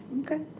Okay